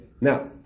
Now